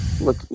look